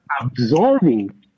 absorbing